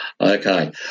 Okay